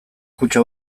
kutxa